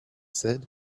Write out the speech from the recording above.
said